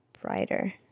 brighter